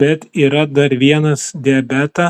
bet yra dar vienas diabetą